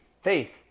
faith